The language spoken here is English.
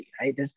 right